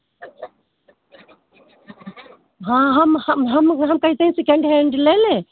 हाँ हम हम हम हम कहते हैं सेकेंड हैंड ले लें